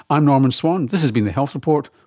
i'm norman swan, this has been the health report,